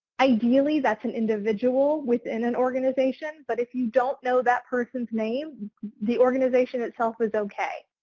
ideally that's an individual within an organization but if you don't know that person's name the organization itself is okay.